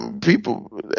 people